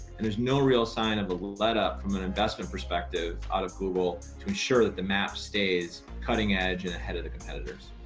and there's no real sign of a let up from an investment perspective out of google to ensure that the map stays cutting edge and ahead of the competitors.